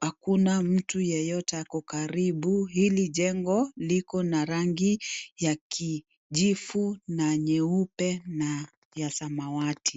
hakuna mtu yeyote ako karibu hili jengo liko na rangi kijivu na nyeupe na zamawati.